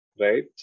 Right